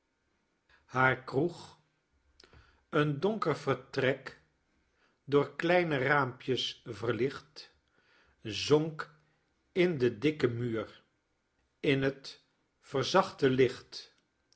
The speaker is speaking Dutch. haar kroeg een donker vertrek door kleine raampjes verlicht zonk in den dikken muur in het verzachte licht